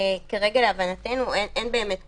כרגע להבנתנו אין באמת קושי,